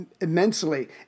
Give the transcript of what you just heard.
immensely